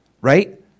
right